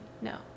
no